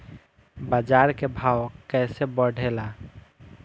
बाजार के भाव कैसे बढ़े ला?